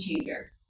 changer